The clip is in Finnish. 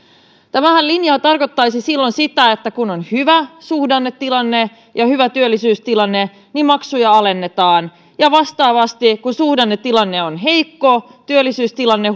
tämä linjahan tarkoittaisi sitä että kun on hyvä suhdannetilanne ja hyvä työllisyystilanne niin maksuja alennetaan ja vastaavasti kun suhdannetilanne on heikko työllisyystilanne